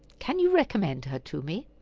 can you recommend her to me?